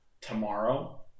tomorrow